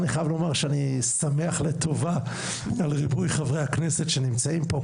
אני חייב לומר שאני שמח לטובה על ריבוי חברי הכנסת שנמצאים פה,